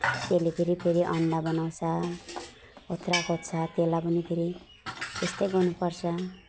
त्यसले फेरि फेरि अब अन्डा बनाउँछ ओथ्रा खोज्छ त्यसलाई पनि फेरि त्यस्तै गर्नु पर्छ